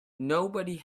nobody